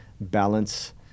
balance